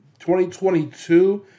2022